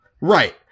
Right